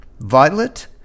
Violet